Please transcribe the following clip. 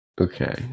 Okay